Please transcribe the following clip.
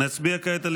נצביע כעת על